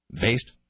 based